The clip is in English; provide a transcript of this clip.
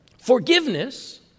Forgiveness